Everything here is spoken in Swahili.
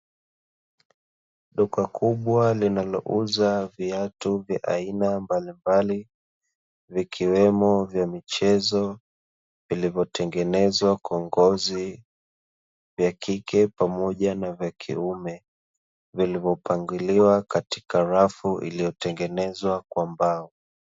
Duka kubwa linalouza viatu vya aina mbalimbali, vikiwemo:: vya michezo vilvyotengenezwa kwa ngozi, vya kike pamoja na vya kiume; vilivopangiliwa katika rafu iliyotengenezwa kwa mbao.